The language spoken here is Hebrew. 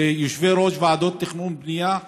ליושבי-ראש ועדות התכנון והבנייה המחוזיות,